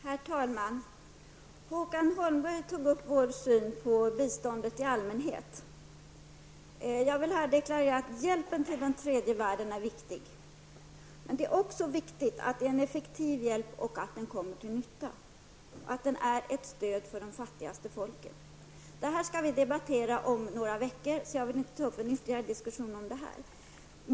Herr talman! Håkan Holmberg berörde i sitt inlägg vår syn på bistånd i allmänhet. Jag vill här deklarera att hjälpen till tredje världen är viktig, men det är också viktigt att det ges en effektiv hjälp som kommer till nytta, att den är ett stöd för de fattigaste folken. Detta skall vi diskutera om några veckor, så jag vill inte ta upp det till ytterligare diskussion nu.